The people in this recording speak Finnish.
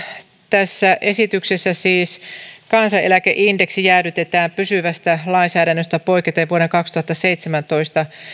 tässä esityksessä siis kansaneläkeindeksi jäädytetään pysyvästä lainsäädännöstä poiketen vuoden kaksituhattaseitsemäntoista